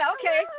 Okay